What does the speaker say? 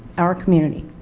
our community.